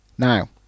Now